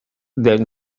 then